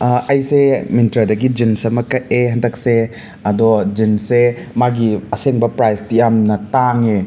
ꯑꯩꯁꯦ ꯃꯤꯟꯇ꯭ꯔꯗꯒꯤ ꯖꯤꯟꯁ ꯑꯃ ꯀꯛꯑꯦ ꯍꯟꯇꯛꯁꯦ ꯑꯗꯣ ꯖꯤꯟꯁꯁꯦ ꯃꯥꯒꯤ ꯑꯁꯦꯡꯕ ꯄ꯭ꯔꯥꯏꯖꯇꯤ ꯌꯥꯝꯅ ꯇꯥꯡꯉꯦ